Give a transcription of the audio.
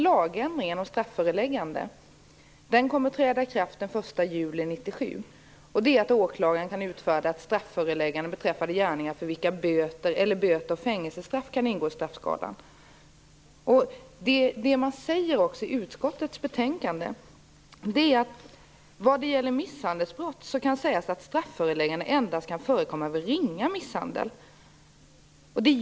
Lagändringen om strafföreläggande kommer att träda i kraft den 1 juli 1997. Det innebär att åklagaren kan utfärda ett strafföreläggande beträffande gärningar för vilka böter eller böter och fängelsestraff kan ingå i straffskalan. I utskottets betänkande framgår följande: "Vad gäller misshandelsbrotten kan sägas att strafföreläggande endast kan förekomma vid ringa misshandel."